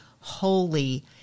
Holy